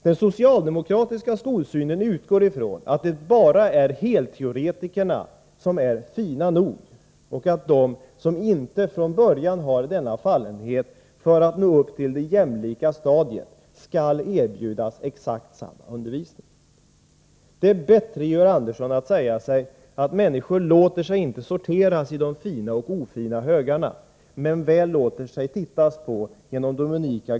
Den socialdemokratiska skolsynen däremot utgår från att det bara är helteoretikerna som är ”fina” nog och att därför också de som inte har sådan läggning för att nå upp till det jämlika stadiet skall ges exakt samma undervisning som dessa. Det är bättre, Georg Andersson, att säga sig att människor inte låter sig sorteras i ”fina” och ”ofina” högar. Alla är ”fina” därför att var och en är unik.